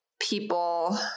people